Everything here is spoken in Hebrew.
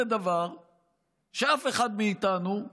זה דבר שאף אחד מאיתנו,